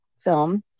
film